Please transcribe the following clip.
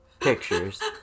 pictures